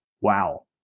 wow